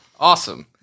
Awesome